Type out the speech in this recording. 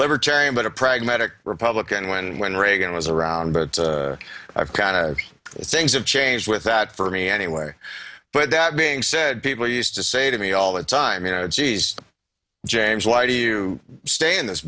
libertarian but a pragmatic republican one when reagan was around but i've kind of things have changed with that for me anyway but that being said people used to say to me all the time you know geez james why do you stay in this